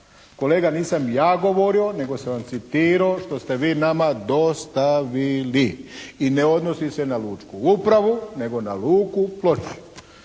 Kolega, nisam ja govorio nego sam vam citirao što ste vi nama dostavili. I ne odnosi se na lučku upravu nego na luku Ploče.